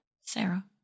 Sarah